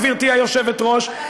גברתי היושבת-ראש,